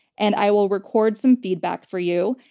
and i will record some feedback for you.